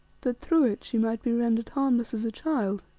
that through it she might be rendered harmless as a child,